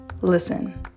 Listen